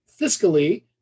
fiscally